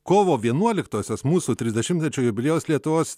kovo vienuoliktosios mūsų trisdešimtmečio jubiliejaus lietuvos